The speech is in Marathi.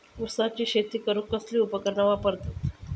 ऊसाची शेती करूक कसली उपकरणा वापरतत?